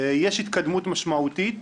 יש התקדמות משמעותית.